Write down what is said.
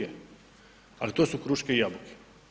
Ali, to su kruške i jabuke.